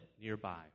nearby